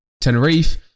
tenerife